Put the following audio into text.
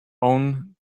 own